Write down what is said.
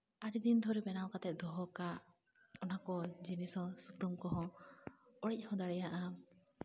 ᱟᱹᱰᱤ ᱫᱤᱱ ᱫᱷᱚᱨᱮ ᱵᱮᱱᱟᱣ ᱠᱟᱛᱮᱜ ᱫᱚᱦᱚ ᱠᱟᱜ ᱚᱱᱟ ᱠᱚ ᱡᱤᱱᱤᱥ ᱦᱚᱸ ᱥᱩᱛᱟᱹᱢ ᱠᱚᱦᱚᱸ ᱚᱲᱮᱡ ᱦᱚᱸ ᱫᱟᱲᱮᱭᱟᱜᱼᱟ